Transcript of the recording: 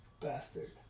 Bastard